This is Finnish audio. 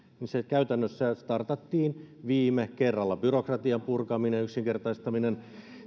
se käytännössä startattiin viime kerralla byrokratian purkaminen yksinkertaistaminen